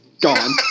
gone